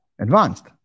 advanced